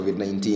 COVID-19